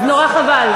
אז נורא חבל.